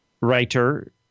writer